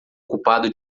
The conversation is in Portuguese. ocupado